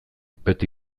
beti